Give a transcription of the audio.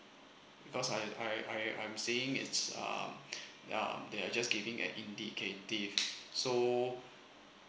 because I I I I'm saying it's um uh they're just giving at indicative so